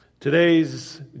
Today's